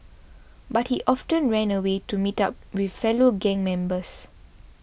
but he often ran away to meet up with fellow gang members